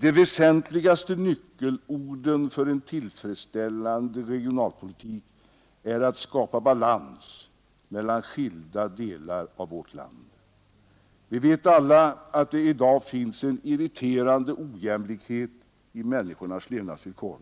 De väsentliga nyckelorden för en tillfredsställande regionalpolitik är att skapa balans mellan skilda delar av vårt land. Vi vet alla att det i dag finns en irriterande ojämlikhet i människornas levnadsvillkor.